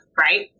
Right